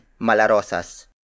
malarosas